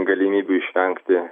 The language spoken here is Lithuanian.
galimybių išvengti